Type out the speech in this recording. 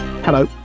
Hello